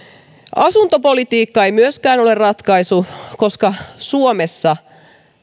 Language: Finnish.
asuntopolitiikka ei myöskään ole ratkaisu koska suomessa